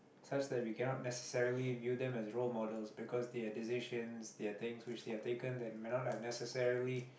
such that we cannot necessarily view them as role models because there are decisions there are things which they have taken that may not have necessarily